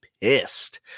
pissed